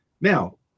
Now